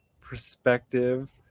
perspective